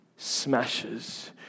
smashes